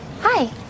Hi